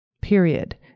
Period